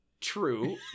True